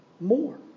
more